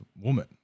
woman